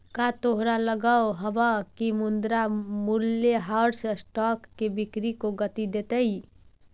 का तोहरा लगअ हवअ की मुद्रा मूल्यह्रास स्टॉक की बिक्री को गती देतई